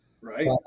Right